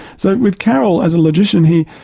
so with carroll as an addition here,